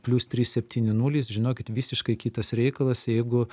plius trys septyni nulis žinokit visiškai kitas reikalas jeigu